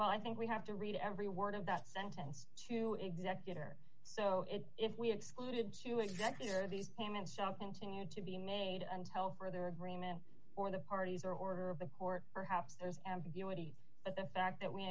well i think we have to read every word of that sentence to executor so if we excluded to executor these payments out continue to be made and help further agreements or the parties or order of the court perhaps as ambiguity but the fact that we